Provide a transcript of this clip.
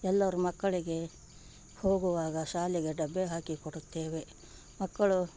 ಎಲ್ಲರೂ ಮಕ್ಕಳಿಗೆ ಹೋಗುವಾಗ ಶಾಲೆಗೆ ಡಬ್ಬಿ ಹಾಕಿ ಕೊಡುತ್ತೇವೆ ಮಕ್ಕಳು